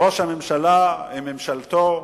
ראש הממשלה עם ממשלתו,